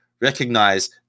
recognize